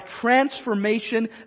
transformation